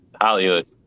Hollywood